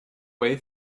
way